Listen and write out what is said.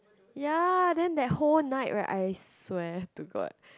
ya then that whole night right I swear to god